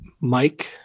Mike